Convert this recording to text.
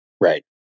Right